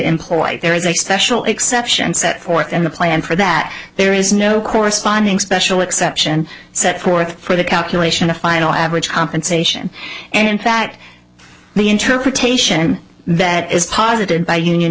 employ there is a special exception set forth in the plan for that there is no corresponding special exception set forth for the calculation of final average compensation and in fact the interpretation that is posited by union